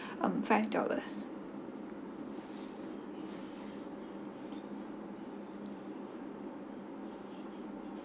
um five dollars